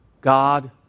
God